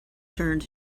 turned